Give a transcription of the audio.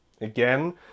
again